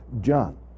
John